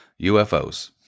UFOs